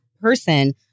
person